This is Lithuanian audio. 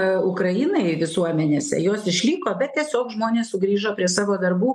ukrainai visuomenėse jos išliko bet tiesiog žmonės sugrįžo prie savo darbų